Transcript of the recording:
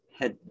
head